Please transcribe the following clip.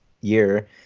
year